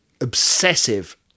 obsessive